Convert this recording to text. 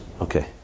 Okay